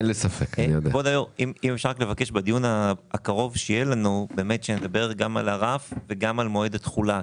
אני אבקש בדיון הקרוב שיהיה לנו שנדבר על הרף וגם על מועד התחולה.